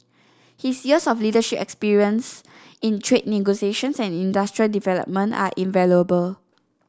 his years of leadership experience in trade negotiations and industrial development are invaluable